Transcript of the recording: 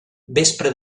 vespra